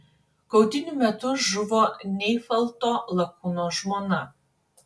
kautynių metu žuvo neifalto lakūno žmona